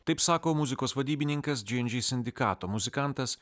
taip sako muzikos vadybininkas džy en džy sindikato muzikantas